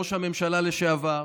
ראש הממשלה לשעבר,